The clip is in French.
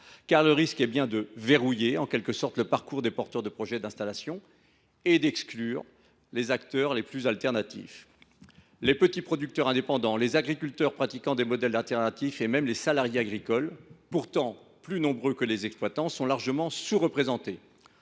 agricoles, sous peine de verrouiller le parcours des porteurs de projets d’installation et d’exclure les acteurs les plus originaux. Les petits producteurs indépendants, les agriculteurs pratiquant des modèles alternatifs et même les salariés agricoles, qui sont pourtant plus nombreux que les exploitants, sont largement sous représentés.